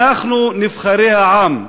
אנחנו נבחרי העם,